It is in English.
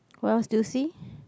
what else do you see